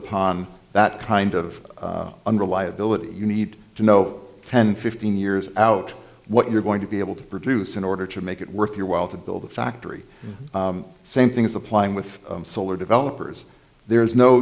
upon that kind of unreliability you need to know ten fifteen years out what you're going to be able to produce in order to make it worth your while to build the factory same thing as applying with solar developers there's no